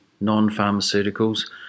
non-pharmaceuticals